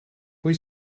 pwy